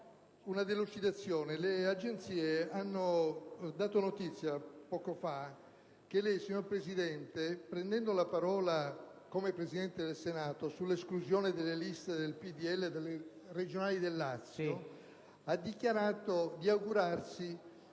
una delucidazione. Poco fa, le agenzie hanno dato notizia che lei, signor Presidente, prendendo la parola come Presidente del Senato sull'esclusione delle liste del PdL dalle elezioni regionali del Lazio, ha dichiarato di augurarsi